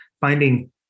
finding